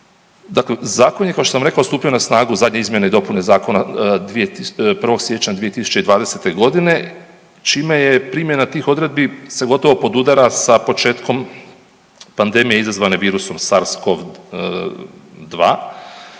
Dakle Zakon je, kao što sam rekao, stupio na snagu, zadnje izmjene i dopune Zakona .../nerazumljivo/... 1. siječnja 2020. g., čime je primjena tih odredbi se gotovo podudara sa početkom pandemije izazvane virusom Sars-CoV-2,